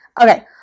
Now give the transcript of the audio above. Okay